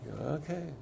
Okay